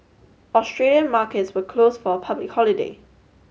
Australian markets were close for a public holiday